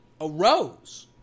arose